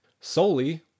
solely